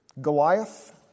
Goliath